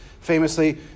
famously